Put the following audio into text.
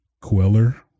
Queller